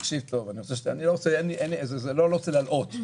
תקשיב טוב, אני לא רוצה להלאות.